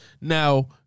Now